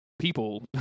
People